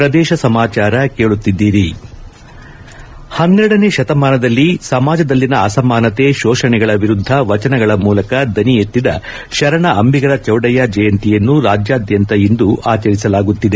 ಪನ್ನೆರಡನೇ ಶತಮಾನದಲ್ಲಿ ಸಮಾಜದಲ್ಲಿನ ಅಸಮಾನತೆ ಶೋಷಣೆಗಳ ಎರುದ್ದ ವಚನಗಳ ಮೂಲಕ ದನಿ ಎತ್ತಿದ ಶರಣ ಅಂಬಿಗರ ಚೌಡಯ್ಯ ಜಯಂತಿಯನ್ನು ರಾಜ್ಯಾದ್ಯಂತ ಇಂದು ಆಚರಿಸಲಾಗುತ್ತಿದೆ